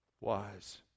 wise